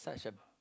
such a